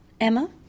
Emma